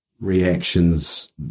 reactions